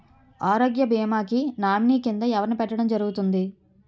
ఆరోగ్య భీమా కి నామినీ కిందా ఎవరిని పెట్టడం జరుగతుంది?